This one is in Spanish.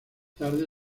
tarde